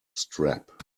strap